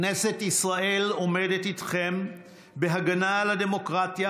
כנסת ישראל עומדת איתכם בהגנה על הדמוקרטיה